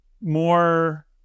more